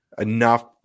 enough